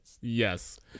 Yes